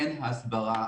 אין הסברה.